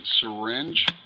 syringe